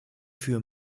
für